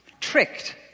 tricked